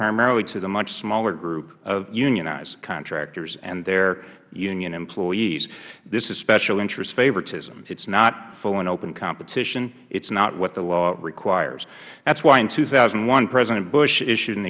primarily to the much smaller group of unionized contractors and their union employees this is special interest favoritism it is not full and open competition it is not what the law requires that is why in two thousand and one president bush issued an